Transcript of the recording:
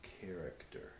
character